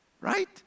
right